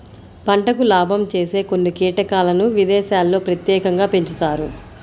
పంటకు లాభం చేసే కొన్ని కీటకాలను విదేశాల్లో ప్రత్యేకంగా పెంచుతారు